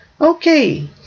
Okay